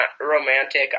romantic